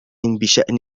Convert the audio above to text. بشأن